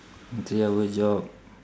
three hour job